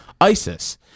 ISIS